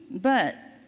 but,